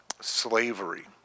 slavery